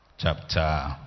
chapter